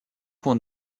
qu’on